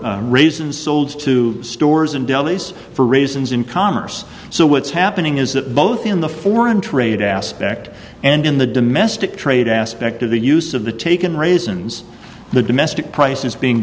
for reasons sold to stores and delis for reasons in commerce so what's happening is that both in the foreign trade aspect and in the domestic trade aspect of the use of the taken raisins the domestic price is being